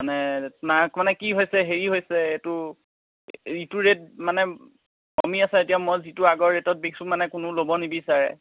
মানে নাই মানে কি হৈছে হেৰি হৈছে এইটো ইটো ৰেট মানে কমি আছে এতিয়া মই যিটো আগৰ ৰেটত বিকিছোঁ মানে কোনো ল'ব নিবিচাৰে